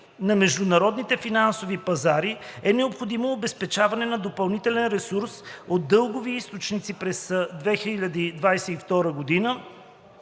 на международните финансови пазари, е необходимо обезпечаване на допълнителен ресурс от дългови източници през 2022 г.,